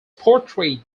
portrayed